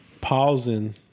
Pausing